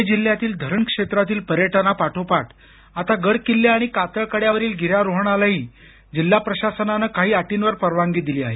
पुणे जिल्ह्यातील धरण क्षेत्रातील पर्यटनापाठोपाठ आता गड किल्ले आणि कातळ कड्यावरील गिर्यारोहणालाही जिल्हा प्रशासनानं काही अटींवर परवानगी दिली आहे